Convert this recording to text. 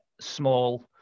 small